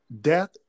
death